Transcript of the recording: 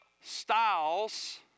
styles